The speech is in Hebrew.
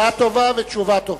שאלה טובה ותשובה טובה.